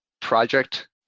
project